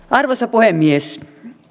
arvoisa puhemies